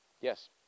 Yes